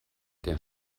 der